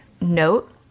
note